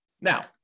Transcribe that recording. Now